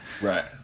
Right